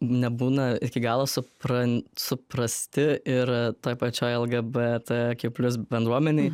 nebūna iki galo supran suprasti ir toj pačioj lgbt plius bendruomenėj